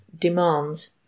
demands